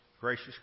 Gracious